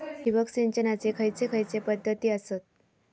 ठिबक सिंचनाचे खैयचे खैयचे पध्दती आसत?